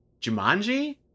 Jumanji